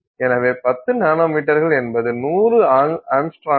எனவே 10 நானோமீட்டர்கள் என்பது 100 ஆங்ஸ்ட்ரோம்கள்